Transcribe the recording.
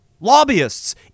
Lobbyists